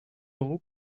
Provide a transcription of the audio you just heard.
euros